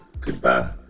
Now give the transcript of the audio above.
Goodbye